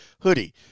hoodie